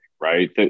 right